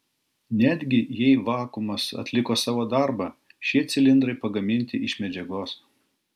netgi jei vakuumas atliko savo darbą šie cilindrai pagaminti iš medžiagos